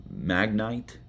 magnite